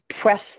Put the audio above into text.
press